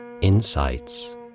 insights